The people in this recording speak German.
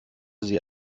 sie